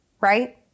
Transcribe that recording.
right